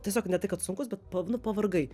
tiesiog ne tai kad sunkus bet nu pavargai